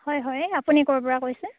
হয় হয় আপুনি ক'ৰ পৰা কৈছে